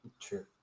true